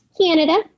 Canada